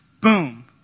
Boom